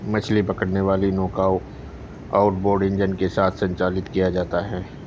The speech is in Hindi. मछली पकड़ने वाली नौकाओं आउटबोर्ड इंजन के साथ संचालित किया जाता है